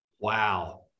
Wow